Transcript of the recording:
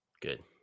Good